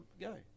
Go